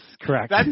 correct